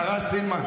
השרה סילמן.